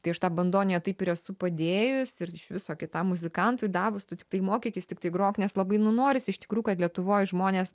tai aš tą bandoniją taip ir esu padėjus ir iš viso kitam muzikantui davus tu tiktai mokykis tiktai grok nes labai nu norisi iš tikrųjų kad lietuvoj žmonės